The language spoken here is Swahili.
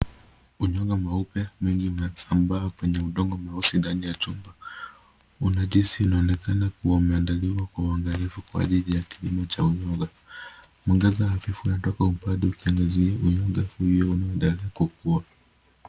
Uyoga mweupe mengi umesambaa kwenye udongo mweusi ndani ya chumba. Uoteshaji huu unaonekana kuwa umeandaliwa kwa uangalifu kwa ajili ya kilimo cha uyoga. Mwangaza hafifu unatoka upande ukiangazia uyoga huo unaoendelea kukua.